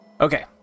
Okay